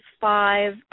five